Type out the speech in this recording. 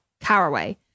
Caraway